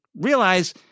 realize